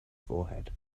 forehead